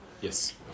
Yes